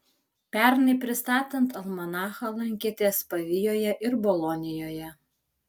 pernai pristatant almanachą lankėtės pavijoje ir bolonijoje